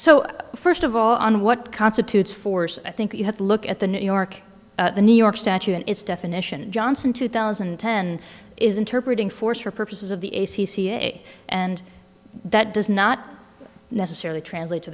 so first of all on what constitutes force i think you have to look at the new york the new york statute and its definition and johnson two thousand and ten is interpret in force for purposes of the a c c a and that does not necessarily translate to